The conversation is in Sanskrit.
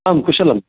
आम् कुशलम्